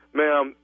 ma'am